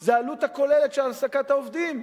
זה העלות הכוללת של העסקת העובדים.